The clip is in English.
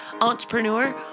Entrepreneur